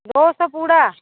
दो सौ पूरा